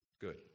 Good